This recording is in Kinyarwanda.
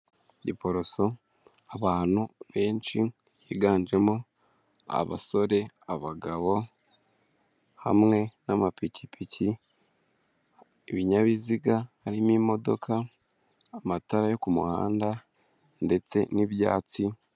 Giporoso, abantu benshi higanjemo abasore, abagabo, hamwe n'amapikipiki , ibinyabiziga harimo imodoka, amatara yo ku muhanda ndetse n'ibyatsi.